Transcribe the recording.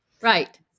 Right